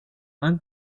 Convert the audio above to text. han